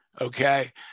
Okay